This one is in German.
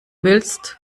willst